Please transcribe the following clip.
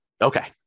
Okay